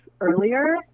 earlier